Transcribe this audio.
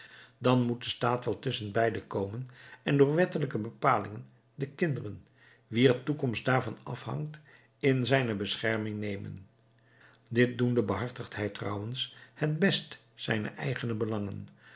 dan moet de staat wel tusschen beide komen en door wettelijke bepalingen de kinderen wier toekomst daarvan afhangt in zijne bescherming nemen dit doende behartigt hij trouwens het best zijne eigene belangen